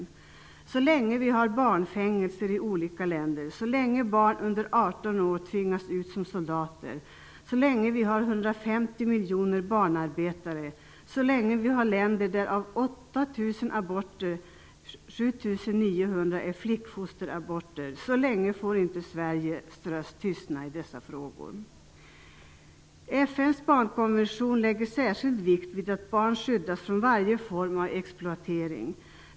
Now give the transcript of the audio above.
Sveriges röst får inte tystna så länge det finns barnfängelser i olika länder, så länge barn under 18 tvingas ut som soldater, så länge vi har 150 miljoner barnarbetare och så länge vi har länder där det av 8 000 aborter är 7 900 som är flickfosteraborter. FN:s barnkonvention lägger särskild vikt vid att barn skyddas från varje form av exploatering.